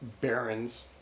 barons